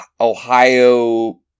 Ohio